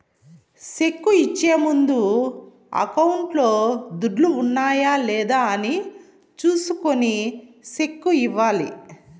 cheque ఇచ్చే ముందు అకౌంట్లో దుడ్లు ఉన్నాయా లేదా అని చూసుకొని సెక్కు ఇవ్వాలి